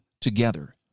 together